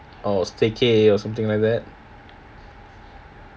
or a staycation or something like that